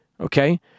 Okay